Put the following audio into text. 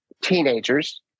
teenagers